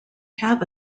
have